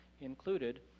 Included